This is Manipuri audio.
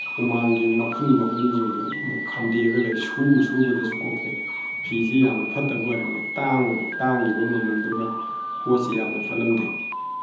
ꯍꯨꯃꯥꯡꯒꯤ ꯃꯈꯨꯟ ꯃꯈꯨꯟꯁꯤꯡꯗꯨ ꯈꯥꯝꯗꯦꯛꯑꯒ ꯂꯩ ꯁꯨꯕꯗꯁꯨ ꯀꯣꯛꯇꯦ ꯐꯤꯁꯦ ꯌꯥꯝꯅ ꯐꯠꯇꯕ ꯑꯣꯏꯔꯝꯃꯦ ꯇꯥꯡꯅ ꯇꯥꯡꯏꯕ ꯃꯃꯟꯗꯨꯒ ꯄꯣꯠꯁꯦ ꯌꯥꯝꯅ ꯐꯠꯂꯝꯗꯦ